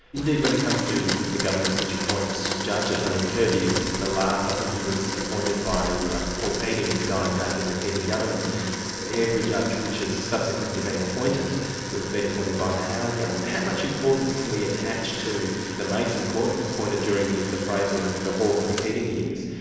indeed, when it comes to the governments which appoint judges, i mean kirby is the last i think he was appointed by ah paul keating in the dying days of the keating government every judge which has subsequently been appointed has been appointed by the howard government. how much importance can we attach to the mason court, appointed during the the fraser and and the hawke and the keating years,